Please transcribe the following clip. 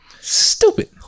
stupid